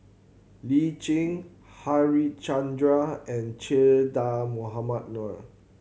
Lee Tjin Harichandra and Che Dah Mohamed Noor